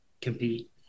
compete